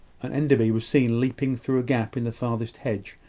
and enderby was seen leaping through a gap in the farthest hedge,